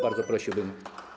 Bardzo prosiłbym.